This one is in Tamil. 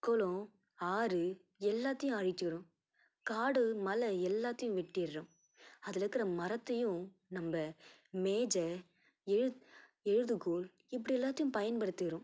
கொளம் ஆறு எல்லாத்தையும் அழிச்சிடுறோம் காடு மலை எல்லாத்தையும் வெட்டிடுறோம் அதுலக்கிற மரத்தையும் நம்ம மேஜை எழுத் எழுதுகோல் இப்படி எல்லாத்தையும் பயன்படுத்திகிறோம்